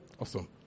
Awesome